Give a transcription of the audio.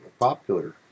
popular